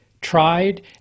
tried